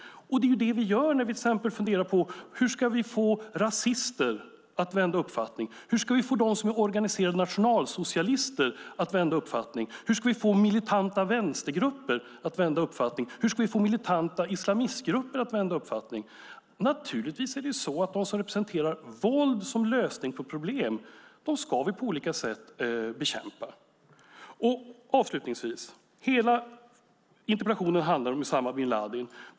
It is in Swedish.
Och det är det vi gör när vi till exempel funderar på: Hur ska vi få rasister att ändra uppfattning? Hur ska vi få dem som är organiserade nationalsocialister att ändra uppfattning? Hur ska vi få militanta vänstergrupper att ändra uppfattning? Hur ska vi få militanta islamistgrupper att ändra uppfattning? Naturligtvis ska vi på olika sätt bekämpa dem som representerar våld som lösning på problem. Avslutningsvis: Hela interpellationen handlar om Usama bin Ladin.